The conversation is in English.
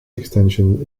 extension